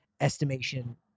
estimation